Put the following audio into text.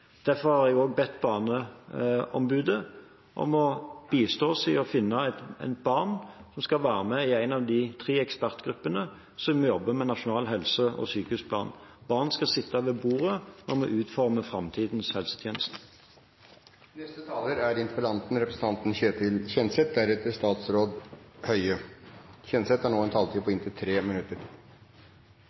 Derfor har jeg bedt Barneombudet om å bistå oss i å finne barn som skal være med i en av de tre ekspertgruppene som jobber med nasjonal helse- og sykehusplan. Barn skal sitte ved bordet når vi utformer framtidens helsetjenester. Takk til statsråden for et grundig svar. Særlig den siste sekvensen har